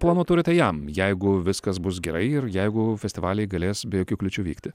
planų turite jam jeigu viskas bus gerai ir jeigu festivaliai galės be jokių kliūčių vykti